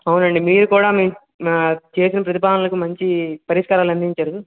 అవునండి మీరు కూడా మీ మా చేసిన ప్రతిపాదనలకి మంచి పరిష్కారాలు అందించారు